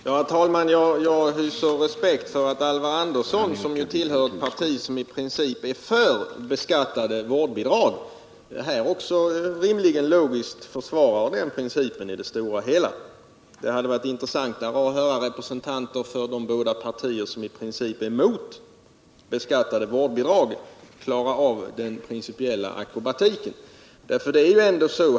Herr talman! Jag hyser respekt för att Alvar Andersson, som ju tillhör ett parti som i princip är för beskattade vårdbidrag, här också logiskt försvarar den principen i det stora hela. Det hade varit intressantare att höra representanter för de båda partier som i princip är emot beskattade vårdbidrag klara av den principiella akrobatiken.